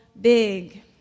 big